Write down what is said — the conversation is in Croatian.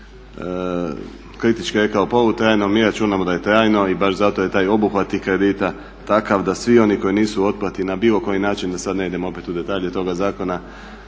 kritički rekao polu-trajno. Mi računamo da je trajno i baš zato je taj obuhvat tih kredita takav da svi oni koji nisu u otplati na bilo koji način da sad ne idem opet u detalje toga zakona